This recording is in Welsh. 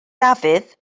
dafydd